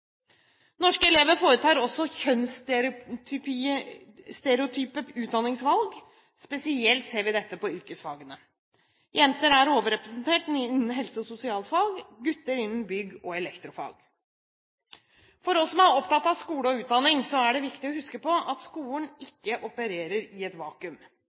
Norske elever foretar også kjønnsstereotype utdanningsvalg – spesielt ser vi dette på yrkesfagene. Jenter er overrepresentert innen helse- og sosialfag, gutter innen bygg- og elektrofag. For oss som er opptatt av skole og utdanning, er det viktig å huske på at skolen ikke opererer i et vakuum.